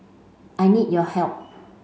I need your help